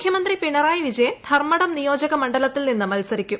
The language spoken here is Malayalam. മുഖ്യമന്ത്രി പിണറായി പ്പിജ്യിൻ ധർമ്മടം നിയോജക മണ്ഡലത്തിൽ നിന്ന് മത്സരിക്കും